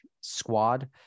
squad